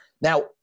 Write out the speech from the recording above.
Now